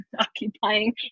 occupying